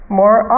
more